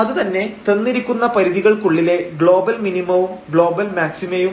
അതുതന്നെ തന്നിരിക്കുന്ന പരിധികൾക്കുള്ളിലെ ഗ്ലോബൽ മിനിമവും ഗ്ലോബൽ മാക്സിമയും